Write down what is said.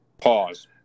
Pause